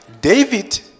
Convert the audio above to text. David